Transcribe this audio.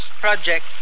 project